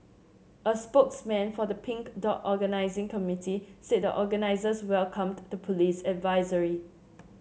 a spokesman for the Pink Dot organising committee said the organisers welcomed the police advisory